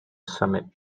summit